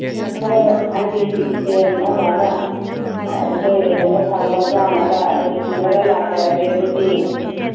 ꯍꯣꯏ ꯍꯣꯏ ꯑꯩꯁꯨ ꯁꯦꯝ ꯑꯃ ꯑꯃ ꯑꯩꯈꯣꯏ ꯂꯝꯗ ꯐꯪꯕ ꯆꯥꯅꯕ ꯑꯗꯨꯝ ꯄꯨꯔꯒ ꯂꯥꯛꯆꯔꯒꯦ ꯑꯗꯨꯗꯤ